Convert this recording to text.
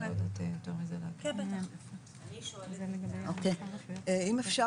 אני יכולה להגיד לך